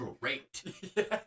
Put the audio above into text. great